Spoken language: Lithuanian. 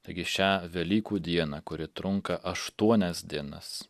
taigi šią velykų dieną kuri trunka aštuonias dienas